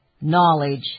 knowledge